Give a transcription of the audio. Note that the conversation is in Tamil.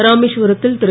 ராமேசுவரத்தில் திரு